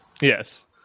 Yes